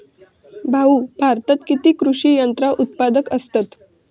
भाऊ, भारतात किती कृषी यंत्रा उत्पादक असतत